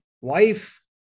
wife